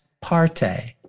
parte